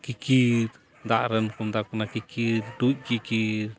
ᱠᱤᱠᱤᱨ ᱫᱟᱜ ᱨᱮᱱ ᱠᱚ ᱢᱮᱛᱟ ᱠᱚ ᱠᱟᱱᱟ ᱠᱤᱠᱤᱨ ᱴᱩᱪ ᱠᱤᱠᱤᱨ